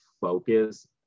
focus